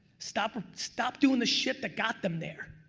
stop, stop doing the shit that got them there.